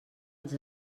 els